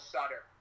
Sutter